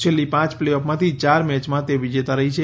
છેલ્લી પાંચ playoff માંથી ચાર મેચમાં તે વિજેતા રહી છે